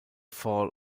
fall